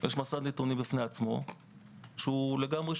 יש מסד נתונים בפני עצמו שהוא שונה לגמרי.